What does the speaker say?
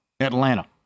Atlanta